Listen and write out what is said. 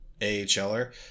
AHLer